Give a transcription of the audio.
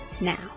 now